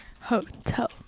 Hotel